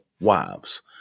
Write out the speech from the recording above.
wives